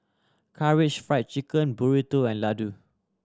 Karaage Fried Chicken Burrito and Ladoo